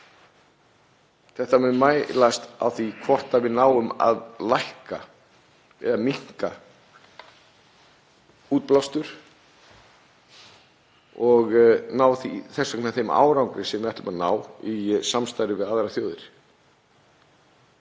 Þetta verður mælt með því hvort við náum að minnka útblástur og náum þess vegna þeim árangri sem við ætlum að ná í samstarfi við aðrar þjóðir.